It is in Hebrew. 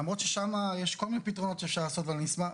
למרות ששם יש כל מיני פתרונות שאפשר לעשות בהם,